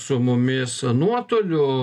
su mumis nuotoliu